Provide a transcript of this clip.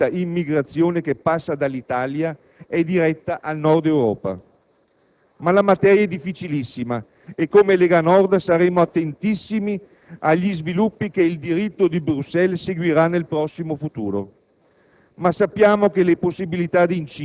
ordinata, stante che molta immigrazione che passa dall'Italia è diretta al Nord-Europa. Ma la materia è difficilissima e come Lega Nord saremo attentissimi agli sviluppi che il diritto di Bruxelles seguirà nel prossimo futuro.